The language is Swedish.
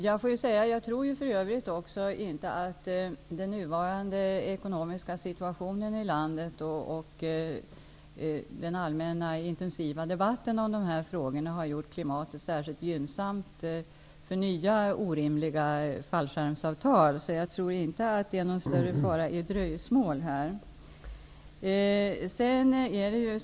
Jag tror för övrigt inte att den nuvarande ekonomiska situationen i landet och den allmänna intensiva debatten om de här frågorna har gjort klimatet särskilt gynnsamt för nya orimliga fallskärmsavtal. Jag tror inte att det är någon större fara i dröjsmål.